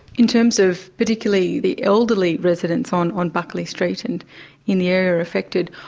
in terms of particularly the elderly residents on on buckley street and in the area affected,